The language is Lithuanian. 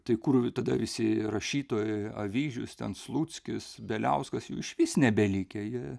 tai kur tada visi rašytojai avyžius ten sluckis bieliauskas jų išvis nebelikę jie